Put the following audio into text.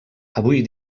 avui